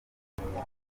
urutonde